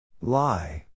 Lie